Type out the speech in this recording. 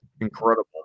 incredible